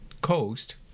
coast